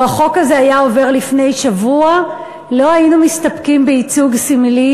לו החוק הזה היה עובר לפני שבוע לא היינו מסתפקים בייצוג סמלי,